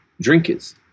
drinkers